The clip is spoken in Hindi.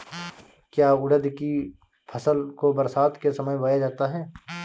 क्या उड़द की फसल को बरसात के समय बोया जाता है?